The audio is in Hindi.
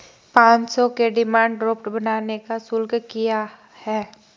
पाँच सौ के डिमांड ड्राफ्ट बनाने का शुल्क क्या है?